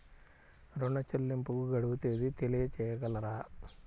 ఋణ చెల్లింపుకు గడువు తేదీ తెలియచేయగలరా?